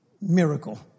miracle